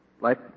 life